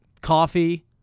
coffee-